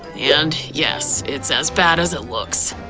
and yes, it's as bad as it looks.